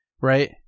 right